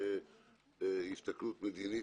וצריכה להיות גם הסתכלות מדינית,